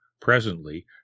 presently